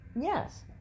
Yes